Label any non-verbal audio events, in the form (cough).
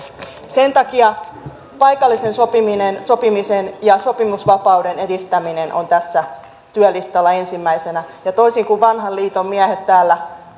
sen takia paikallisen sopimisen ja sopimusvapauden edistäminen on tässä työlistalla ensimmäisenä ja toisin kuin vanhan liiton miehet täällä (unintelligible)